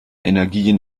energien